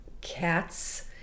cats